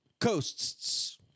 coasts